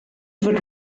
fod